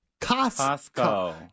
Costco